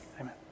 Amen